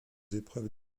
épreuves